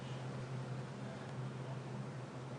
אנחנו מנסים אבל דרך המועצה הלאומית למסד את זה שיהיה